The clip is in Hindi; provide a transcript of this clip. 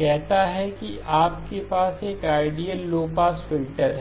कहता है कि आपके पास एक आइडियल लो पास फिल्टर है